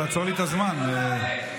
תלמד שכדאי לסתום את הפה לפעמים.